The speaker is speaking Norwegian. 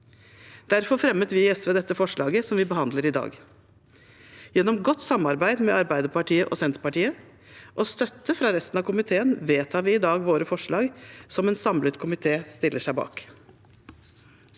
Derfor fremmet vi i SV dette forslaget som vi behandler i dag. Gjennom godt samarbeid med Arbeiderpartiet og Senterpartiet og støtte fra resten av komiteen vedtar vi i dag våre forslag, som en samlet komité stiller seg bak.